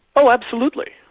oh, absolutely.